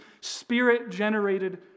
Spirit-generated